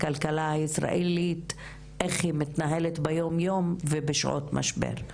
לכלכלה הישראלית ועל איך היא מתנהלת ביום יום ובשעות משבר.